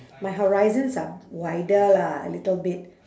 my horizons are wider lah a little bit